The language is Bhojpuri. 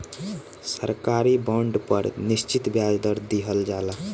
सरकारी बॉन्ड पर निश्चित ब्याज दर दीहल जाला